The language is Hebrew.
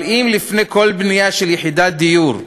אבל אם לפני כל בנייה של יחידת דיור בביתר,